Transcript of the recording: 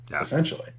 essentially